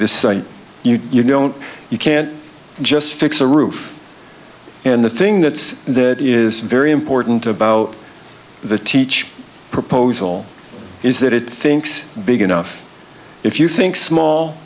this you don't you can't just fix a roof and the thing that's that is very important about the teach proposal is that it thinks big enough if you think small